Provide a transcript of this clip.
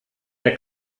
der